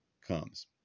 comes